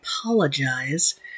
apologize